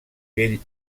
bell